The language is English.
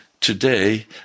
Today